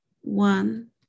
one